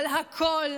אבל הכול,